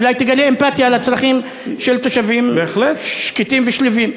אולי תגלה אמפתיה לצרכים של תושבים שקטים ושלווים.